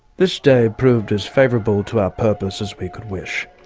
this day proved as favourable to our purpose as we could wish.